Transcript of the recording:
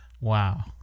Wow